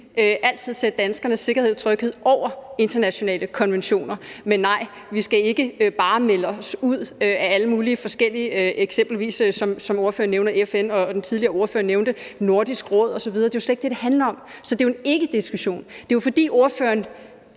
altid sætte danskernes sikkerhed og tryghed over internationale konventioner. Men nej, vi skal ikke bare melde os ud af alle mulige forskellige organisationer, eksempelvis FN, som ordføreren nævnte, eller Nordisk Råd, som den tidligere ordfører nævnte. Det er slet ikke det, det handler om, så det er jo en ikkediskussion. Ordføreren